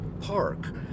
park